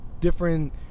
different